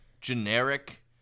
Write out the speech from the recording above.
generic